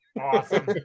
Awesome